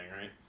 right